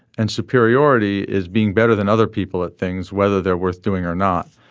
and superiority is being better than other people at things whether they're worth doing or not.